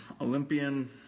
Olympian